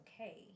okay